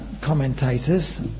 commentators